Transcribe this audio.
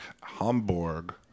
Hamburg